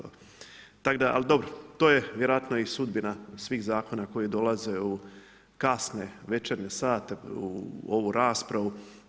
Tako da, ali dobro, to je vjerojatno i sudbina svih zakona koji dolaze u kasne večernje sate u ovu raspravu.